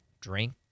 drink